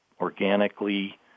organically